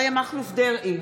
אריה מכלוף דרעי,